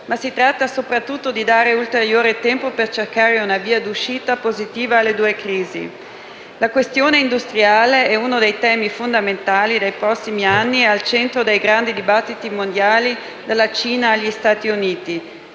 ma si tratta soprattutto di dare ulteriore tempo per cercare una via d'uscita positiva alle due crisi. La questione industriale è uno dei temi fondamentali dei prossimi anni, è al centro dei grandi dibattiti mondiali, dalla Cina agli Stati Uniti